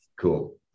Cool